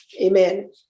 Amen